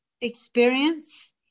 experience